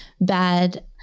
bad